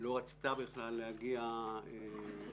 לא רצתה בכלל להגיע לדיונים.